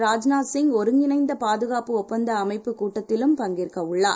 Rajnath Singh ஒருங்கிணைந்தபாதுகாப்புஒப்பந்தஅமைப்புகூட்டத்திலும்பங்கேற்கஉள்ளார்